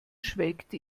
schwelgte